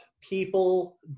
people